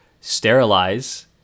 sterilize